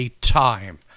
time